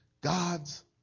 God's